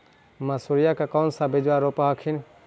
मसुरिया के कौन सा बिजबा रोप हखिन?